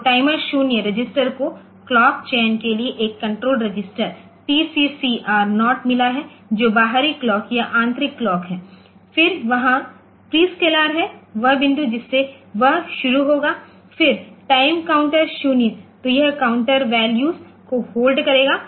तो timer 0 register को clock चयन के लिए एक कंट्रोल रजिस्टर टीसीसीआर 0 मिला है जो बाहरी क्लॉक या आंतरिक क्लॉक है फिर वहां प्रस्कैलर है वह बिंदु जिससे वह शुरू होगा फिर टाइमर काउंटर 0 तो यह काउंटर वैल्यू को होल्ड करेगा